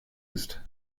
used